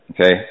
Okay